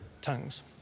tongues